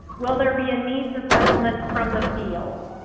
will there be a needs assessment from the field?